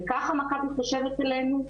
וככה מכבי חושבת עלינו?".